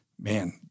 man